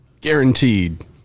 guaranteed